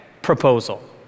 proposal